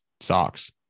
socks